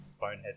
bonehead